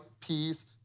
peace